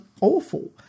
awful